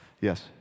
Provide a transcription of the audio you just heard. Yes